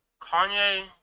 Kanye